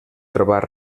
trobat